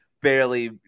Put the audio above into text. barely